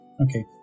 Okay